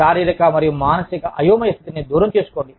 శారీరక మరియు మానసిక అయోమయ స్థితిని దూరం చేసుకోండి